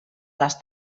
les